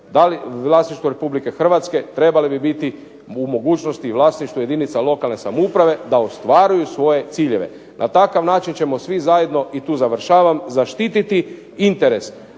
u vlasništvu Republike Hrvatske trebali bi biti u mogućnosti i vlasništvu jedinica lokalne samouprave da ostvaruju svoje ciljeve. Na takav način ćemo svi zajedno i tu završavam zaštititi interes,